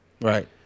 Right